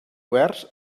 oberts